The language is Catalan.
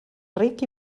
ric